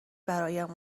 برایم